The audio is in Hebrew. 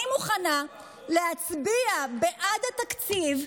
אני מוכנה להצביע בעד התקציב,